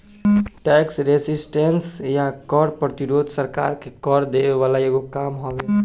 tax resistance या कर प्रतिरोध सरकार के कर देवे वाला एगो काम हवे